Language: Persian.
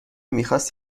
میخواست